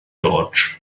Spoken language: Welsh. george